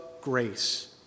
grace